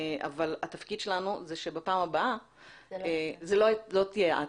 אבל התפקיד שלנו זה שבפעם הבאה זו לא תהיה את,